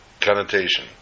connotation